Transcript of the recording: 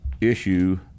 issue